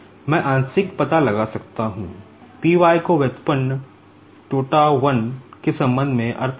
मैं आंशिक पता लगा सकता हूं P y को डेरिवेटिव